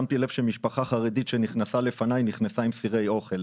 שמתי לב שמשפחה חרדית שנכנסה לפניי נכנסה עם סירי אוכל.